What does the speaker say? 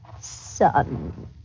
Son